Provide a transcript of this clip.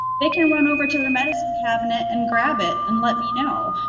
they can run over to their medicine cabinet and grab it and let me know,